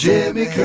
Jimmy